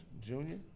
Junior